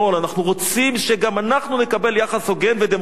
אנחנו רוצים שגם אנחנו נקבל יחס הוגן ודמוקרטי